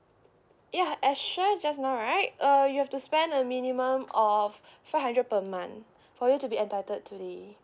ya I share just now right uh you have to spend a minimum of five hundred per month for you to be entitled to the